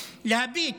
להביט.